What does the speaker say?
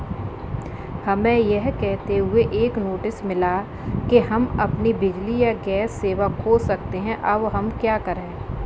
हमें यह कहते हुए एक नोटिस मिला कि हम अपनी बिजली या गैस सेवा खो सकते हैं अब हम क्या करें?